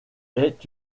est